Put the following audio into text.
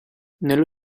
nello